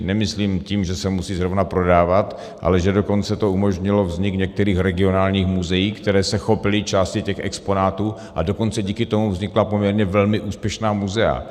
Nemyslím tím, že se musí zrovna prodávat, ale že dokonce to umožnilo vznik některých regionálních muzeí, která se chopila části těch exponátů, a dokonce díky tomu vznikla poměrně velmi úspěšná muzea.